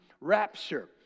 rapture